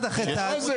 איזה?